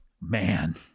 Man